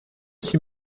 s’y